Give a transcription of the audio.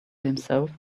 himself